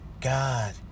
God